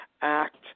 act